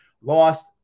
Lost